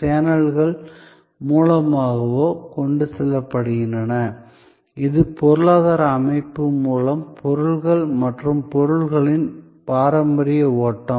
சேனல்கள் மூலமாகவோ கொண்டு செல்லப்படுகின்றன இது பொருளாதார அமைப்பு மூலம் பொருட்கள் மற்றும் பொருட்களின் பாரம்பரிய ஓட்டம்